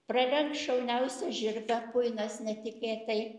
pralenks šauniausią žirgą kuinas netikėtai